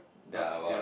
uh yea